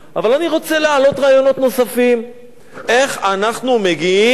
אבל אני רוצה להעלות רעיונות נוספים איך אנחנו מגיעים